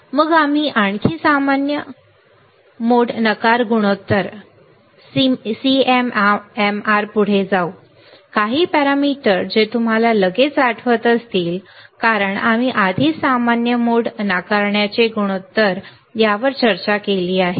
मग आम्ही आणखी सामान्य मोड नकार गुणोत्तर पुढे जाऊ काही पॅरामीटर जे तुम्हाला लगेच आठवत असतील कारण आम्ही आधीच सामान्य मोड नाकारण्याचे गुणोत्तर यावर चर्चा केली आहे